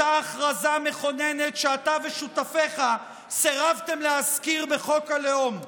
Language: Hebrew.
אותה הכרזה מכוננת שאתה ושותפיך סירבתם להזכיר בחוק הלאום,